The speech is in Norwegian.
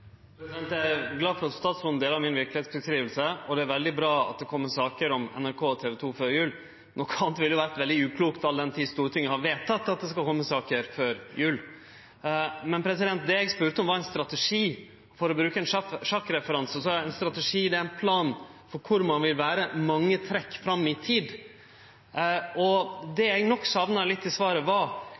Eg er glad statsråden deler verkelegheitsskildringa mi, og det er veldig bra at det kjem saker om NRK og TV 2 før jul. Noko anna ville vore veldig uklokt, all den tid Stortinget har vedteke at det skal kome saker før jul. Men det eg spurde om, var ein strategi. For å bruke ein sjakkreferanse så er ein strategi ein plan for kor ein vil vere mange trekk fram i tid. Det eg nok sakna litt i svaret, var